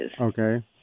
Okay